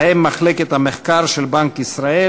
בהם מחלקת המחקר של בנק ישראל,